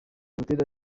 butera